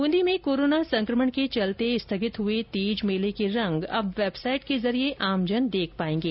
ब्रंदी में कोरोना संकमण के चलते स्थगित हुए तीज मेले के रंग अब वेबसाइट के जरिये आमजन देंख पाएंगे